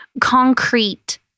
concrete